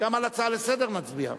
גם על הצעה לסדר נצביע.